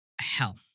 hell